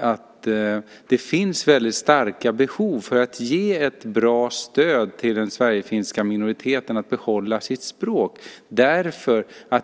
att det finns väldigt starka behov att ge ett bra stöd till den sverigefinska minoriteten att behålla sitt språk.